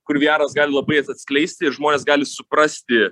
kur vieras gali labai atskleisti ir žmonės gali suprasti